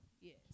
Yes